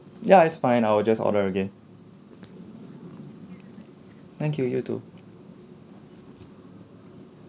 ya it's fine I'll just order again thank you you too